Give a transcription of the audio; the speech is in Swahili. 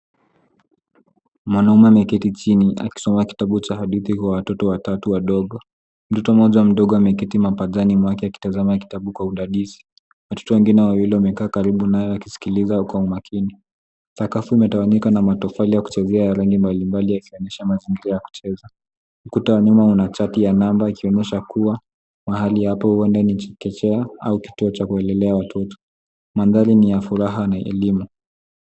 Mwanamke ameketi chini, akisogeza kitabu chake mbele ya watoto watatu wadogo. Mtoto mmoja mdogo ameketi pembeni, akisoma kitabu cha hadithi. Watoto wengine wawili wamekaa karibu naye kwa makini. Mashine ndogo za kuchezea na matofali ya rangi mbalimbali yameenea, wakicheza. Mahali hapa ni salama, na mandhari ni ya furaha na elimu.